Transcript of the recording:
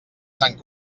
sant